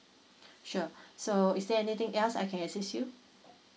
sure so is there anything else I can assist you